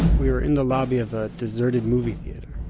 we were in the lobby of a deserted movie theater